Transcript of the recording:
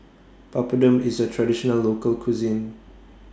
Papadum IS A Traditional Local Cuisine